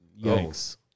Yikes